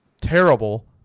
terrible